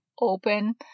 open